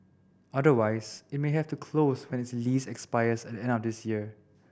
otherwise it may have to close when its lease expires at the end of this year